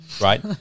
right